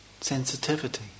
sensitivity